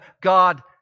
God